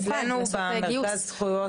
לעשות גיוס.